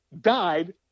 died